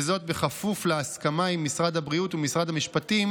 וזאת בכפוף להסכמה עם משרד הבריאות ומשרד המשפטים